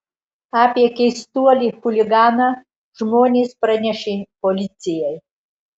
apie keistuolį chuliganą žmonės pranešė policijai